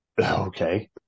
Okay